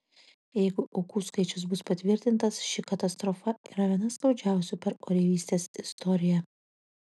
jeigu aukų skaičius bus patvirtintas ši katastrofa yra viena skaudžiausių per oreivystės istoriją